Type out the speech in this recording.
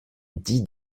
dix